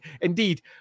Indeed